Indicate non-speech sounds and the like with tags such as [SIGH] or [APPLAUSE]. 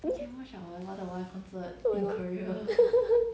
mmhmm [LAUGHS]